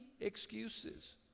excuses